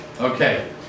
Okay